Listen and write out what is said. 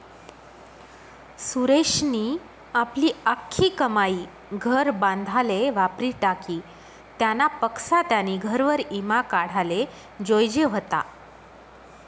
सुरेशनी आपली आख्खी कमाई घर बांधाले वापरी टाकी, त्यानापक्सा त्यानी घरवर ईमा काढाले जोयजे व्हता